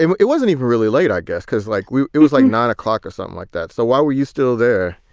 it it wasn't even really late, i guess, because, like, it was like nine o'clock or something like that. so why were you still there?